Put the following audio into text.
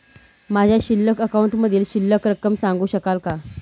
माझ्या बँक अकाउंटमधील शिल्लक रक्कम सांगू शकाल का?